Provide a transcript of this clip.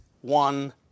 one